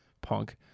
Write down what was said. punk